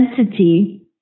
identity